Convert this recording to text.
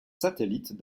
satellites